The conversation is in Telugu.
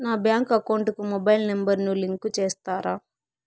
నా బ్యాంకు అకౌంట్ కు మొబైల్ నెంబర్ ను లింకు చేస్తారా?